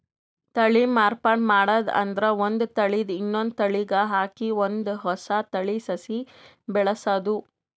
ತಳಿ ಮಾರ್ಪಾಡ್ ಮಾಡದ್ ಅಂದ್ರ ಒಂದ್ ತಳಿದ್ ಇನ್ನೊಂದ್ ತಳಿಗ್ ಹಾಕಿ ಒಂದ್ ಹೊಸ ತಳಿ ಸಸಿ ಬೆಳಸದು